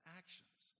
actions